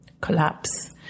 collapse